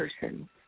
person